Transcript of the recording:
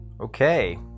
Okay